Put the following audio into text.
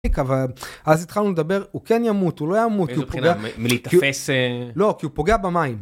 אז התחלנו לדבר, הוא כן ימות, הוא לא ימות (מאיזו בחינה, מלהיתפס…) כי הוא פוגע במים.